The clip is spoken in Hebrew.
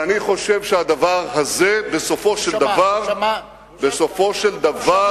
ואני חושב שהדבר הזה בסופו של דבר,